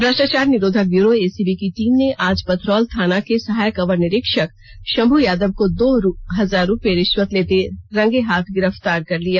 भ्रष्टाचार निरोधक bureau ACB की टीम ने आज पथरौल थाना के सहायक अवर निरीक्षक शंभु यादव को दो हजार रुपये रिष्वत लेते रंगे हाथ गिरफ्तार कर लिया